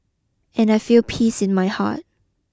and I feel peace in my heart